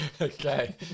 okay